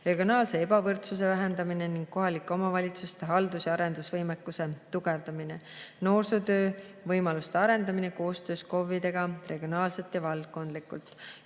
regionaalse ebavõrdsuse vähendamine ning kohalike omavalitsuste haldus‑ ja arendusvõimekuse tugevdamine; noorsootöövõimaluste arendamine koostöös KOV‑idega regionaalselt ja valdkondlikult;